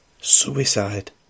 Suicide